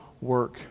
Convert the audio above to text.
work